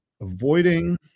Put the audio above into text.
avoiding